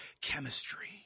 chemistry